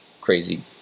crazy